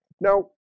Now